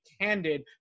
candid